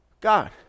God